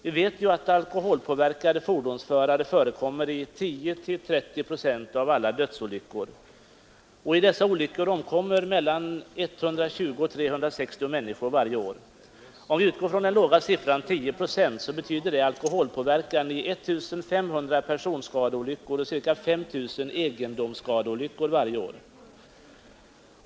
Man vet att alkoholpåverkade fordonsförare förekommer i 10—30 procent av alla dödsolyckor. I dessa olyckor omkommer mellan 120 och 360 människor varje år. Utgår man från den låga siffran 10 procent, betyder det alkoholpåverkan vid 1 500 personskadeolyckor och ca 5 000 egendoms 219 skadeolyckor varje år.